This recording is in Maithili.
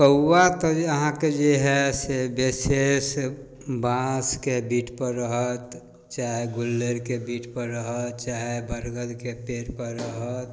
कौआ तऽ जे अहाँके जे हइ से विशेष बाँसके बीटपर रहत चाहे गुल्लड़िके बीटपर रहत चाहे बड़गदके पेड़पर रहत